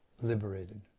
liberated